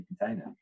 container